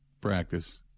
practice